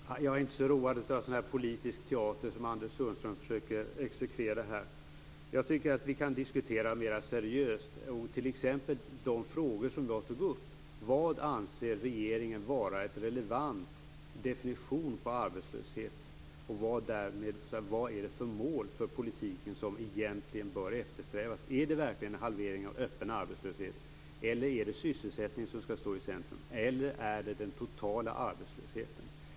Fru talman! Jag är inte så road av sådan politisk teater som Anders Sundström här försöker exekvera. Vi kan diskutera detta mer seriöst, t.ex. de frågor jag tidigare tog upp. Vad anser regeringen vara en relevant definition på arbetslöshet, och vad är det för mål för politiken som egentligen bör eftersträvas? Är det verkligen en halvering av den öppna arbetslösheten, eller är det sysselsättningen som skall stå i centrum, eller är det den totala arbetslösheten?